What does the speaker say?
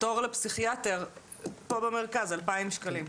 תור לפסיכיאטר פה במרכז 2,000 שקלים.